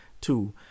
Two